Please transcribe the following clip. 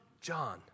John